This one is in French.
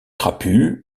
trapu